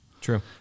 True